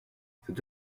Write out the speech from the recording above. cette